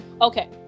Okay